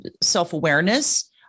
self-awareness